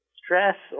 stress